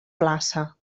plaça